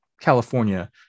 california